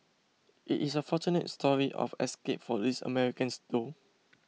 it is a fortunate story of escape for these Americans though